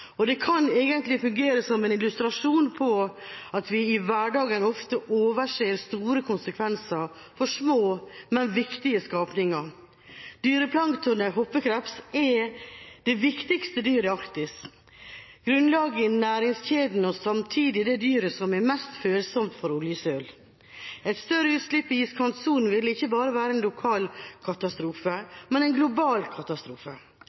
saken. Det kan egentlig fungere som en illustrasjon på at vi i hverdagen ofte overser store konsekvenser for små, men viktige skapninger. Dyreplanktonet hoppekreps er det viktigste dyret i Arktis, grunnlaget i næringskjeden og samtidig det dyret som er mest følsomt for oljesøl. Et større utslipp i iskantsonen vil ikke bare være en lokal katastrofe, men en global katastrofe.